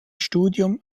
studium